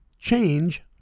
Change